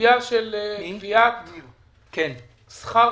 כן לפתור אבל יש רשויות אחרות שכן גובות את שכר